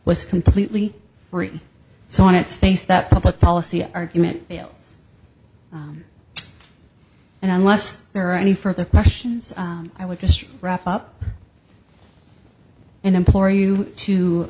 was completely free so on its face that public policy argument fails and unless there are any further questions i would just wrap up and implore you